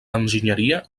enginyeria